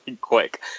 quick